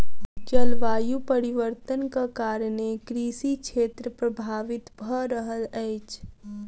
जलवायु परिवर्तनक कारणेँ कृषि क्षेत्र प्रभावित भअ रहल अछि